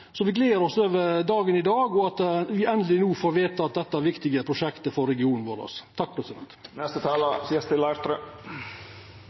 så fort som råd er. Så me gler oss over dagen i dag, og over at me endeleg no får vedteke dette viktige prosjektet for regionen vår.